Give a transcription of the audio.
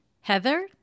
Heather